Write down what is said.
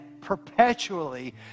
perpetually